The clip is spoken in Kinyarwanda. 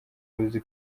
ruzi